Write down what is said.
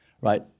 right